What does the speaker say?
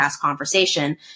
conversation